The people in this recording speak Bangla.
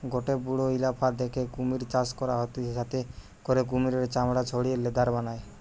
গটে বড়ো ইলাকা দ্যাখে কুমির চাষ করা হতিছে যাতে করে কুমিরের চামড়া ছাড়িয়ে লেদার বানায়